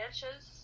branches